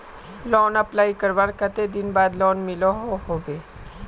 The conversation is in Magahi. लोन अप्लाई करवार कते दिन बाद लोन मिलोहो होबे?